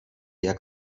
jak